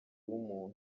w’umuntu